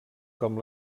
com